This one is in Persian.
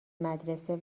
مدرسه